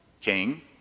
king